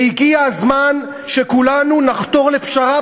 והגיע הזמן שכולנו נחתור לפשרה,